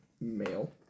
male